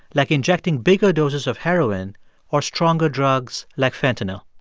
like injecting bigger doses of heroin or stronger drugs like fentanyl?